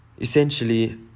Essentially